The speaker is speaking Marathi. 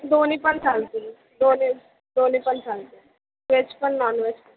दोन्ही पण चालतील दोन्ही दोन्ही पण चालतील वेज पण नॉनवेज पण